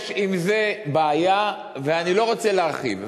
יש עם זה בעיה, ואני לא רוצה להרחיב.